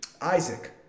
Isaac